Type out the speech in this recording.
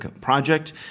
Project